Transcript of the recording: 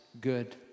good